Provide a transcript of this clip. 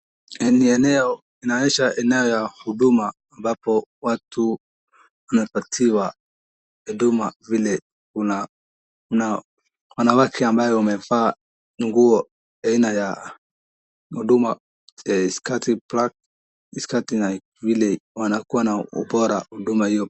Hali ya eneo inaonyesha eneo la Huduma ambapo watu wanapatiwa huduma vile unataka ,kuna wanawake ambao wamevaa nguo aina ya huduma sketi black sketi na vile wanakuwa na ubora huduma hiyo.